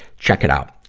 check it out.